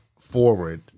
forward